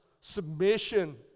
submission